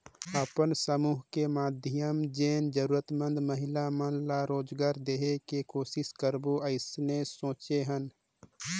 अपन समुह के माधियम जेन जरूरतमंद महिला मन ला रोजगार देहे के कोसिस करबो अइसने सोचे हन